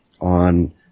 on